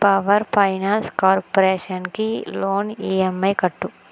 power finance కార్పొరేషన్కి loan EMI కట్టు